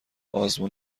آزمون